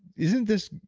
isn't this,